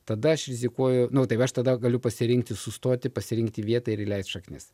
tada aš rizikuoju nu taip aš tada galiu pasirinkti sustoti pasirinkti vietą ir įleist šaknis